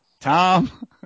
Tom